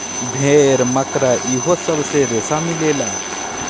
भेड़, मकड़ा इहो सब से रेसा मिलेला